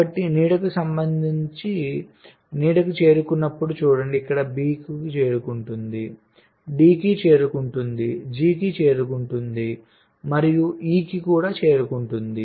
కాబట్టి నీడకు సంబంధించి నీడకు చేరుకున్నప్పుడు చూడండి ఇక్కడ B కి చేరుకుంటుంది D కి చేరుకుంటుంది G కి చేరుకుంటుంది మరియు E కి చేరుకుంటుంది